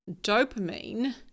dopamine